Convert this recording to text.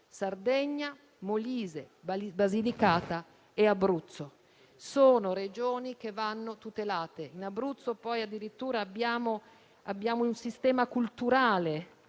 Sardegna, Molise, Basilicata e Abruzzo sono Regioni che vanno tutelate. In Abruzzo, poi, addirittura c'è un sistema culturale